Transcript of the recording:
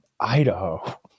idaho